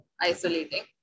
isolating